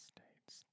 States